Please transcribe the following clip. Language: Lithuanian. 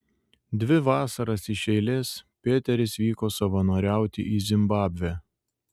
dvi vasaras iš eilės pėteris vyko savanoriauti į zimbabvę